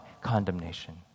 condemnation